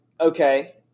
okay